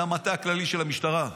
זה המטה הכללי של המשטרה,